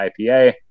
IPA